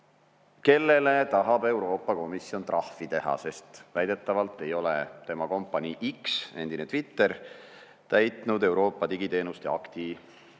kellele tahab Euroopa Komisjon trahvi teha, sest väidetavalt ei ole tema kompanii X, endine Twitter, täitnud Euroopa digiteenuste aktist